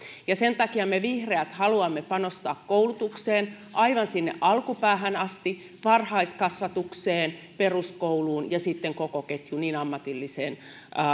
sen takia me vihreät haluamme panostaa koulutukseen aivan sinne alkupäähän asti varhaiskasvatukseen peruskouluun ja sitten koko ketjuun niin ammatilliseen